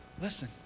Listen